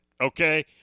okay